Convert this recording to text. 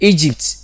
Egypt